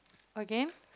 okay